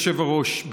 אדוני היושב-ראש,